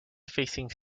facing